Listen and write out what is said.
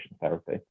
therapy